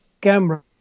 camera